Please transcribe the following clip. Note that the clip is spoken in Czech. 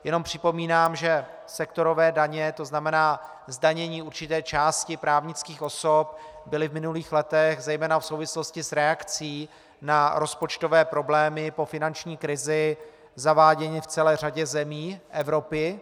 Jenom připomínám, že sektorové daně, tzn. zdanění určité části právnických osob, byly v minulých letech zejména v souvislosti s reakcí na rozpočtové problémy po finanční krizi zaváděny v celé řadě zemí Evropy.